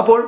അപ്പോൾ